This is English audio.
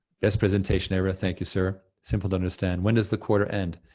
best presentation ever, thank you sir. simple to understand. when does the quarter end?